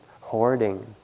hoarding